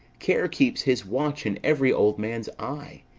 care keeps his watch in every old man's eye,